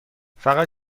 فقط